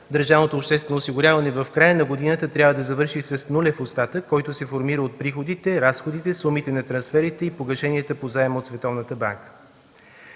държавното обществено осигуряване в края на годината трябва да завърши с нулев остатък, който се формира от приходите, разходите, сумите на трансферите и погашенията по заема от